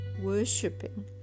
worshipping